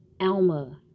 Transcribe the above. Alma